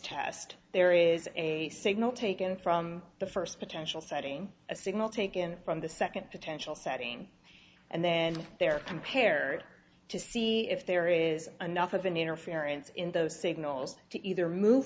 test there is a signal taken from the first potential setting a signal taken from the second potential setting and then there compared to see if there is enough of an interference in those signals to either move